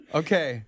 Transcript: okay